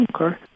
okay